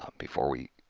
ah before we